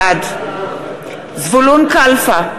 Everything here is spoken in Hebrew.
בעד זבולון קלפה,